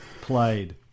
played